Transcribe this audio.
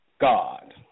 God